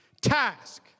task